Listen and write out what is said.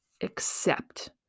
accept